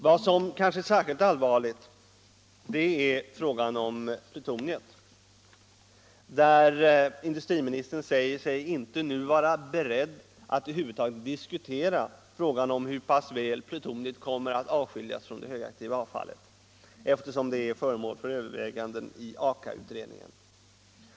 Vad som kanske är särskilt allvarligt är frågan om plutoniumet. Industriministern säger sig inte nu vara beredd att över huvud taget diskutera frågan om hur pass väl plutoniumet kommer att skiljas från det högaktiva avfallet, eftersom det är föremål för övervägande i AKA-utredningen.